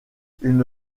une